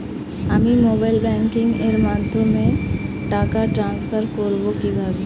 আমি mobile banking এর মাধ্যমে টাকা টান্সফার করব কিভাবে?